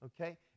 Okay